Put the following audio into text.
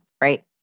right